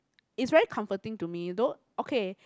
is very comforting to me though okay